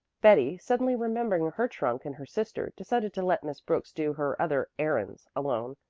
betty, suddenly remembering her trunk and her sister, decided to let miss brooks do her other errands alone,